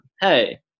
Hey